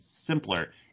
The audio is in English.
simpler